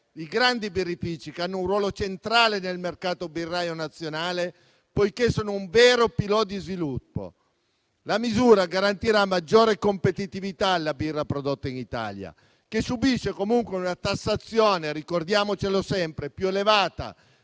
i grandi birrifici che hanno un ruolo centrale nel mercato birrario nazionale, poiché sono un vero polo di sviluppo. La misura garantirà maggiore competitività alla birra prodotta in Italia, che subisce comunque una tassazione - ricordiamocelo sempre - più elevata